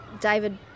David